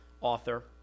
author